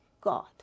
god